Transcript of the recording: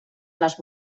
les